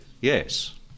yes